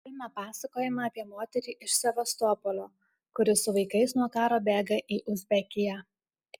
filme pasakojama apie moterį iš sevastopolio kuri su vaikais nuo karo bėga į uzbekiją